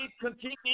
continuing